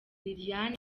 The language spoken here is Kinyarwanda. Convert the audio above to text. lilian